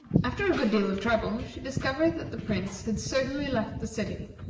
after a good deal of trouble, she discovered that the prince had certainly left the city,